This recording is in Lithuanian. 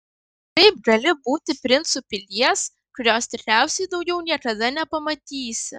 kaip gali būti princu pilies kurios tikriausiai daugiau niekada nepamatysi